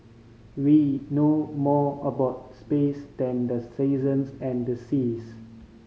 we know more about space than the seasons and the seas